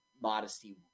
Modesty